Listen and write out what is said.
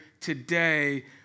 today